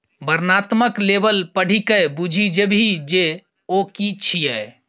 वर्णनात्मक लेबल पढ़िकए बुझि जेबही जे ओ कि छियै?